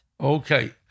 okay